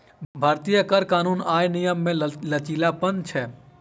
भारतीय कर कानून आर नियम मे लचीलापन छै